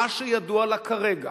מה שידוע לה כרגע,